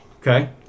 Okay